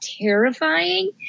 terrifying